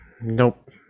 Nope